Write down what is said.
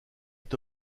est